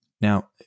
Now